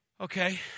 okay